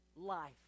Life